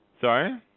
Sorry